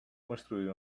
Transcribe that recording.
construir